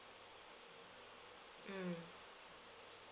mm